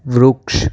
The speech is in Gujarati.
વૃક્ષ